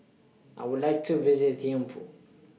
I Would like to visit Thimphu